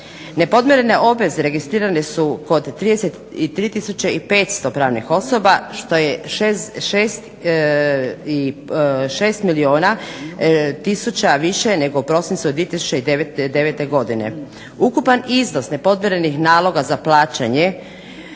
Nepodmirene obveze registrirane su kod 33 tisuće i 500 pravnih osoba što je 6 milijuna tisuća više nego u prosincu od 2009. godine. Ukupan iznos nepodmirenih naloga za plaćanje